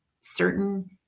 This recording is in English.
certain